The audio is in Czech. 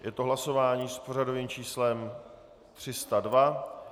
Je to hlasování s pořadovým číslem 302.